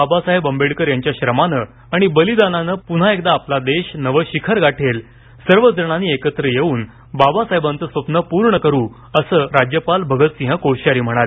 बाबासाहेब आंबेडकर यांच्या श्रमाने आणि बलिदानाने पुन्हा एकदा आपला देश नवे शिखर गाठेल सर्वजणांनी एकत्र येऊन बाबासाहेबांचे स्वप्न पूर्ण करू असे राज्यपाल भगतसिंह कोश्यारी म्हणाले